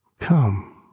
Come